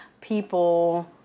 people